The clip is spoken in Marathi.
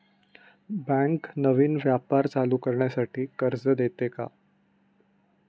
बँक नवीन व्यापार चालू करण्यासाठी कर्ज देते का?